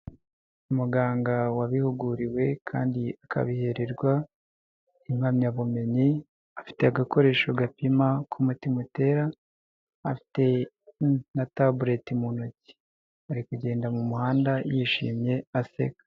Umuganga wabihuguriwe kandi akabihererwa impamyabumenyi afite agakoresho gapima k'umutima utera afite na tabuleti mu ntoki ari kugenda mu muhanda yishimye aseka.